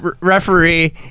referee